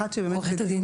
אחת בדיון